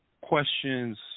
questions